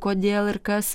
kodėl ir kas